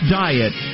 diet